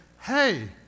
Hey